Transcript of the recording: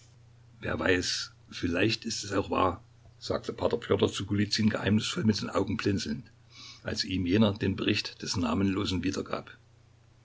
wer weiß vielleicht ist es auch wahr sagte p pjotr zu golizyn geheimnisvoll mit den augen blinzelnd als ihm jener den bericht des namenlosen wiedergab